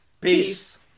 Peace